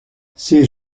ses